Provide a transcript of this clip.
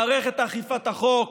מערכת אכיפת החוק